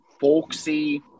folksy